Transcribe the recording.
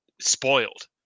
spoiled